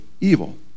evil